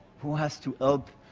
who has to help,